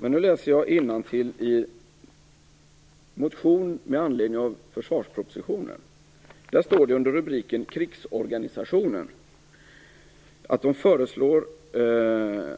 Men i en motion med anledning av försvarspropositionen står det under rubriken Krigsorganisationen att Miljöpartiet föreslår en